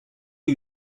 une